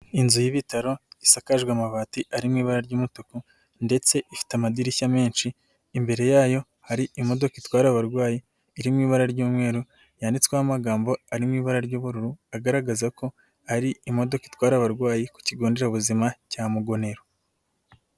Inzu y'ibitaro isakajwe amabati ari mu ibara ry'umutuku ndetse ifite amadirishya menshi, imbere yayo hari imodoka itwara abarwayi iri mu ibara ry'umweru yanditsweho amagambo ari mu ibara ry'ubururu agaragaza ko ari imodoka itwara abarwayi ku kigo nderabuzima cya Mugonero.